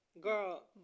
girl